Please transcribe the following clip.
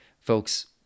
folks